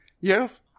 Yes